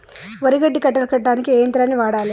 వరి గడ్డి కట్టలు కట్టడానికి ఏ యంత్రాన్ని వాడాలే?